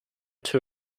too